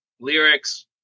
lyrics